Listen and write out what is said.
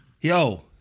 Yo